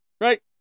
right